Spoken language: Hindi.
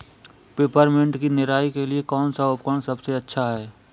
पिपरमिंट की निराई के लिए कौन सा उपकरण सबसे अच्छा है?